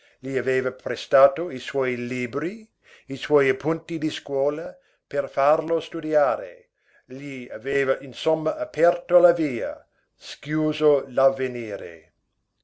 gli aveva prestato i suoi libri i suoi appunti di scuola per farlo studiare gli aveva insomma aperto la via schiuso